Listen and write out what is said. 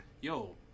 Yo-